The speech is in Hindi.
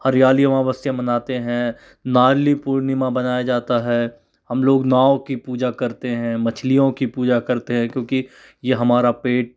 हरयाली अमव्स्या बनाते है नाल्ली पुर्णीमा बनाया जाता है हम लोग नाव की पुजा करते है मछलियों की पुजा करते है क्योंकि यह हमारा पेट